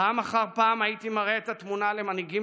פעם אחר פעם הייתי מראה את התמונה למנהיגים